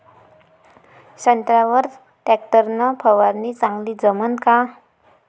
संत्र्यावर वर टॅक्टर न फवारनी चांगली जमन का?